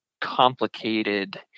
complicated